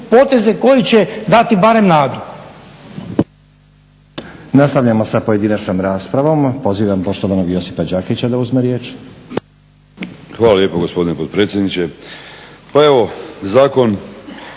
poteze koji će dati barem nadu.